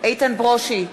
איתן ברושי,